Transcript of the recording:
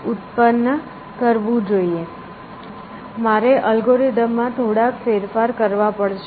તેથી મારે અલ્ગોરિધમ માં થોડાક ફેરફાર કરવા પડશે